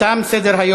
למי שרוצה?